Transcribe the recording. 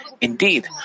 Indeed